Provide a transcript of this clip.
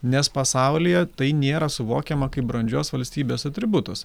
nes pasaulyje tai nėra suvokiama kaip brandžios valstybės atributas